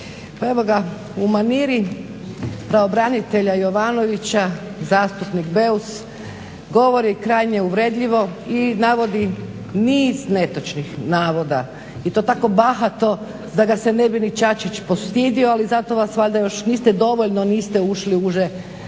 Pa evo ga u maniri pravobranitelja Jovanovića zastupnik Beus govori krajnje uvredljivo i navodi niz netočnih navoda i to tako bahato da ga se ne bi ni Čačić postidio ali zato vas valjda još niste dovoljno niste ušli u uže